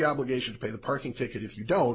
obligation to pay the parking ticket if you don't